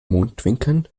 mundwinkeln